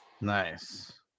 Nice